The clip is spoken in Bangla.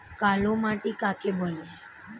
কালোমাটি কাকে বলে?